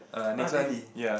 ah really